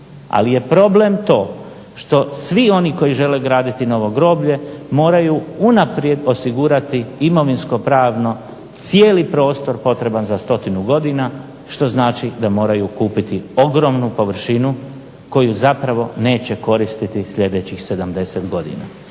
ali je problem to što svi oni koji žele graditi novo groblje moraju unaprijed osigurati imovinsko-pravno cijeli prostor potreban za stotinu godina što znači da moraju kupiti ogromnu površinu koju zapravo neće koristiti sljedećih 70 godina.